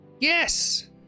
Yes